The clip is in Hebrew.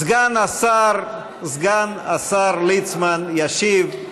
סגן השר ליצמן ישיב.